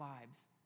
lives